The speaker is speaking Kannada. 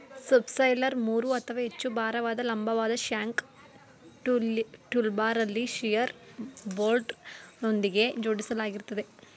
ಸಬ್ಸಾಯ್ಲರ್ ಮೂರು ಅಥವಾ ಹೆಚ್ಚು ಭಾರವಾದ ಲಂಬವಾದ ಶ್ಯಾಂಕ್ ಟೂಲ್ಬಾರಲ್ಲಿ ಶಿಯರ್ ಬೋಲ್ಟ್ಗಳೊಂದಿಗೆ ಜೋಡಿಸಲಾಗಿರ್ತದೆ